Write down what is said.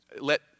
let